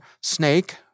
Snake